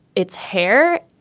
it's hair.